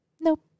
Nope